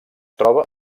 troba